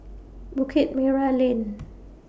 Bukit Merah Lane